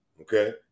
okay